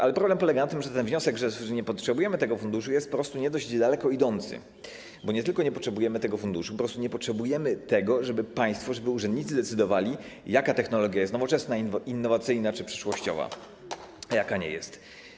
Ale problem polega na tym, że ten wniosek, że nie potrzebujemy tego funduszu, jest po prostu nie dość daleko idący, bo nie tylko nie potrzebujemy tego funduszu, lecz także po prostu nie potrzebujemy tego, żeby państwo, żeby urzędnicy decydowali, jaka technologia jest nowoczesna, innowacyjna czy przyszłościowa, a jaka nie jest.